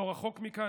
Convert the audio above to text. לא רחוק מכאן,